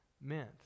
meant